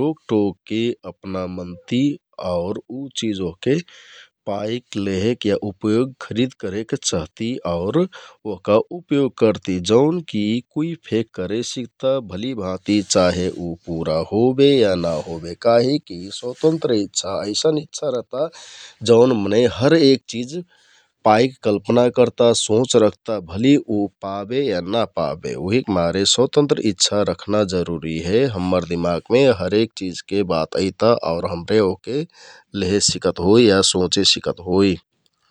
रोक टोके अपना मनति और उ चिझ वहके पाइक, लेहेक या उपयोग, खरिद करेक चहति और वहका उपयोग करति जौन की कुइ फेक करेसिकता । भलिभाँती चाहे उ पुरा होबे या ना होबे, काहिक की स्वतन्त्रत इच्छा ऐसन इच्छा रहता जौन मनै हर एक चिझ पाइक कल्पना कर्ता सोँच रखता भली उ पाबे या ना पाबे । उहिक मारे स्वतन्त्रत इच्छा रखना जरुरि हे । हम्मर दिमागमें हरेक चीझ के बात ऐता आउर हमरे वहके लेहे सिकत होइ या सोंचे शिकत होइ।